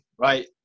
Right